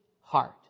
heart